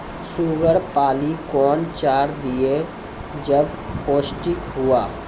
Sugar पाली कौन चार दिय जब पोस्टिक हुआ?